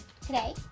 today